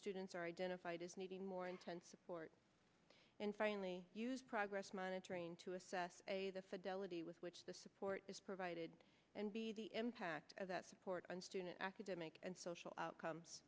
students are identified as needing more intensive and finally use progress monitoring to assess a the fidelity with which the support is provided and be the impact of that support on student academic and social outcomes